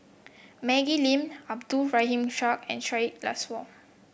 Maggie Lim Abdul Rahim Ishak and Syed Alsagoff